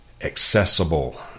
accessible